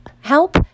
help